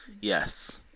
Yes